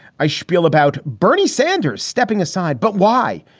i shpiel about bernie sanders stepping aside. but why?